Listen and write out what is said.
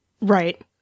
right